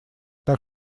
так